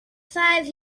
five